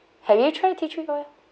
have you tried tea tree oil